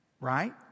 right